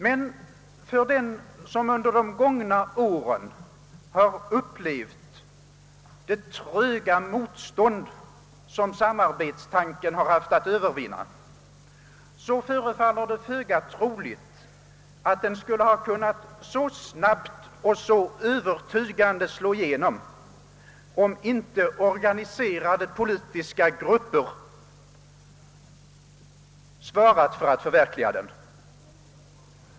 Men för den som under de gångna åren har upplevt det tröga motstånd som samarbetstanken har haft att övervinna förefaller det föga troligt att den skulle ha kunnat så snabbt och så övertygande slå igenom, om inte organiserade politiska grupper svarat för att förverkliga den.